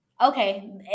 Okay